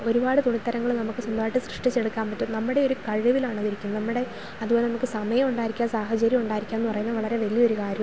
ഒരുപാട് തുണിത്തരങ്ങൾ നമുക്ക് സ്വന്തമായിട്ട് സൃഷ്ടിച്ചെടുക്കാൻ പറ്റും നമ്മുടെ ഒരു കഴിവിലാണ് അത് ഇരിക്കുന്നത് നമ്മുടെ അതുപോലെ നമുക്ക് സമയമുണ്ടായിരിക്കുക സാഹചര്യമുണ്ടായിരിക്കുക എന്ന് പറയുന്നത് വളരെ വലിയ ഒരു കാര്യമാണ്